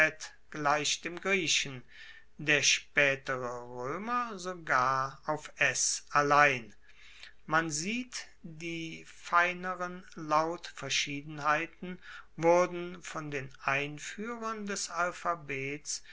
gleich dem griechen der spaetere roemer sogar auf s allein man sieht die feineren lautverschiedenheiten wurden von den einfuehrern des alphabets